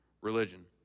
religion